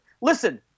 Listen